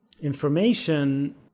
information